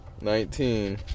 Nineteen